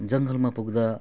जङ्गलमा पुग्दा